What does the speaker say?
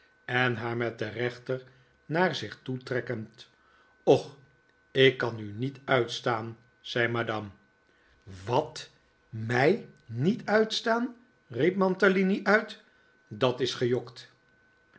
en haar met den reenter naar zich toetrekkend och ik kan u niet uitstaan zei madame wat m ij niet uitstaan riep mantalini uit dat is gejokt